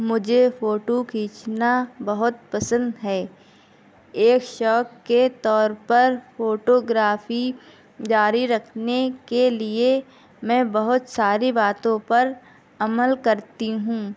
مجھے فوٹو کھینچنا بہت پسند ہے ایک شوق کے طور پر فوٹوگرافی جاری رکھنے کے لیے میں بہت ساری باتوں پر عمل کرتی ہوں